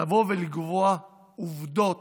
לבוא ולקבוע עובדות